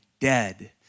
dead